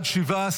הצעת